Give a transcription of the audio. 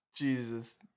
Jesus